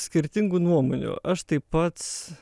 skirtingų nuomonių aš tai pats